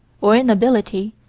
or inability,